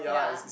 yeah